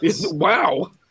Wow